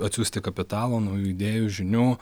atsiųsti kapitalo naujų idėjų žinių